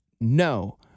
No